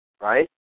right